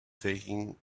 taking